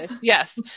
Yes